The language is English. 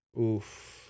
Oof